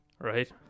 right